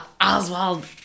Oswald